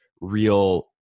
real